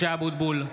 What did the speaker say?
(קורא בשמות חברי הכנסת) משה אבוטבול,